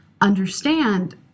understand